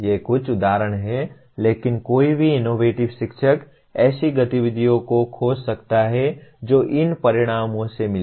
ये कुछ उदाहरण हैं लेकिन कोई भी इनोवेटिव शिक्षक ऐसी गतिविधियों को खोज सकता है जो इन परिणामों से मिलें